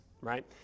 right